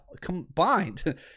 combined